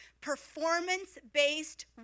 performance-based